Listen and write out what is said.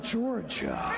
Georgia